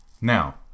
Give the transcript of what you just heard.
Now